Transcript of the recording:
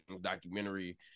documentary